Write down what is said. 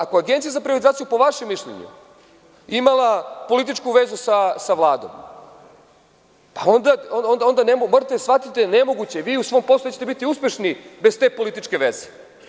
Ako je Agencija za privatizaciju, po vašem mišljenju, imala političku vezu sa Vladom, pa onda morate da shvatite nemoguće, vi u svom poslu nećete biti uspešni bez te političke veze.